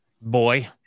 boy